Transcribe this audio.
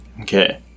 Okay